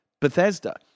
Bethesda